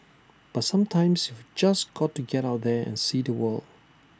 but sometimes you've just got to get out there and see the world